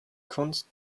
kunst